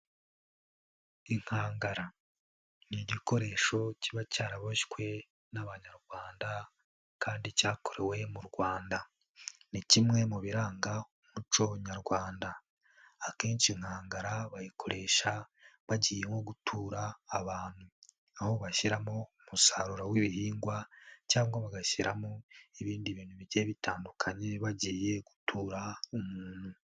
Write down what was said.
Inkangara ni igikoresho kiba cyaraboshywe n'abanyarwanda kandi cyakorewe mu Rwanda, ni kimwe mu biranga umuco nyarwanda akenshi inkangara bayikoresha bagiye nko gutura abantu aho bashyiramo umusaruro w'ibihingwa cyangwa bagashyiramo ibindi bintu bigiye bitandukanye bagiye gutura umuntu.